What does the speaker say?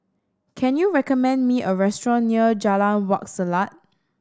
can you recommend me a restaurant near Jalan Wak Selat